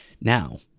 Now